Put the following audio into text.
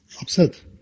upset